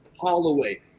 Holloway